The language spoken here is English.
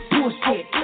Bullshit